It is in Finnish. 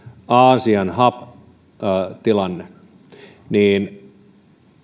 aasian tilanteen niin